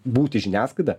būti žiniasklaida